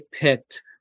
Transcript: picked